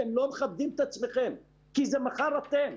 אתם לא מכבדים את עצמכם כי זה מחר אתם.